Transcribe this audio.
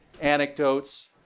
Anecdotes